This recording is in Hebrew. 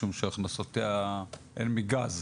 משום שהכנסותיה הן מגז,